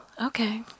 okay